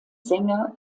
sänger